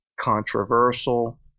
controversial